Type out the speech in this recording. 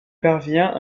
parvient